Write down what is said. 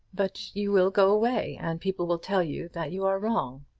but you will go away, and people will tell you that you are wrong.